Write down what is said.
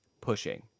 pushing